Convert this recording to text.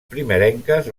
primerenques